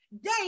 Day